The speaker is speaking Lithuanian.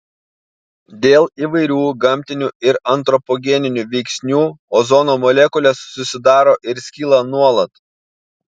dėl įvairių gamtinių ir antropogeninių veiksnių ozono molekulės susidaro ir skyla nuolat